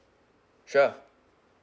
sure